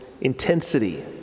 intensity